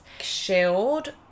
shield